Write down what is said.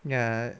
ya